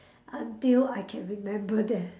until I can remember them